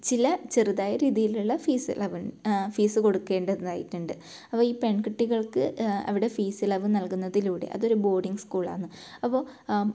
ചില ചെറുതായ രീതിയിലുള്ള ഫീസ് ഇളവ് ഫീസ് കൊടുക്കേണ്ടതായിട്ടുണ്ട് അപ്പോൾ ഈ പെൺകുട്ടികൾക്ക് അവിടെ ഫീസ് ഇളവ് നൽകുന്നതിലൂടെ അതൊരു ബോർഡിങ് സ്കൂളാന്ന് അപ്പോൾ